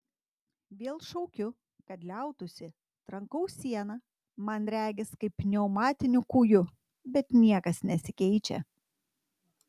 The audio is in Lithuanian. vėl šaukiu kad liautųsi trankau sieną man regis kaip pneumatiniu kūju bet niekas nesikeičia